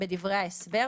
את זה מפורשות.